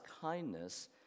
kindness